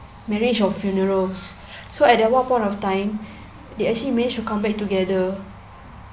marriage or funerals so at that one point of time they actually managed to come back together